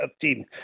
team